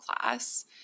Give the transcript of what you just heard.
class